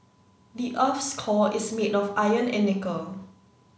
the earth's core is made of iron and nickel